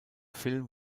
film